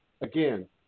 again